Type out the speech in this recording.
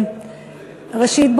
ראשית,